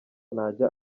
ntajya